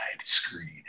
screen